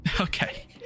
Okay